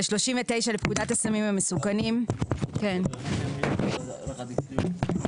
ו-39 לפקודת הסמים המסוכנים [נוסח חדש],